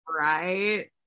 Right